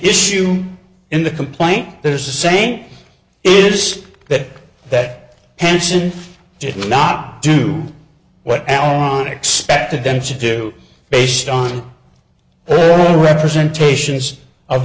issue in the complaint there's a saying is that that hansen did not do what alan expected them to do based on the representations of